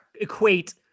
equate